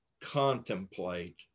contemplate